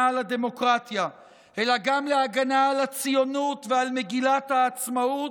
על הדמוקרטיה אלא גם להגנה על הציונות ועל מגילת העצמאות,